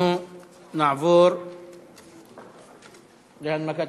אנחנו נעבור להנמקת